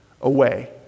away